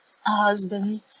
husband